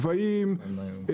גבהים,